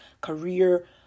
career